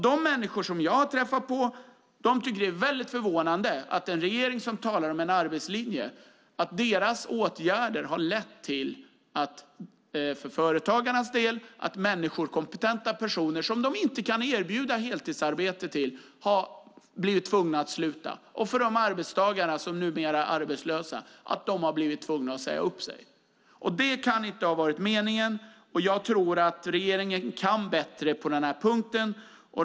De människor jag har träffat på tycker att det är väldigt förvånande att denna regering, som talar om en arbetslinje, har åtgärder som för företagarnas del har lett till att kompetenta personer som företagarna inte har kunnat erbjuda heltid till har blivit tvungna att sluta. Dessa arbetstagare, som numera är arbetslösa, har blivit tvungna att säga upp sig. Det kan inte ha varit meningen, och jag tror att regeringen kan bättre på denna punkt.